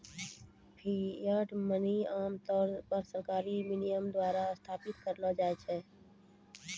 fiat money आम तौर पर सरकारी विनियमन द्वारा स्थापित करलो जाय छै